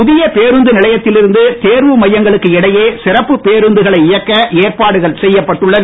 புதிய பேருந்து நிலையத்தில் இருந்து தேர்வு மையங்களுக்கு இடையே சிறப்பு பேருந்துகளை இயக்க ஏற்பாடுகள் செய்யப்பட்டுள்ளது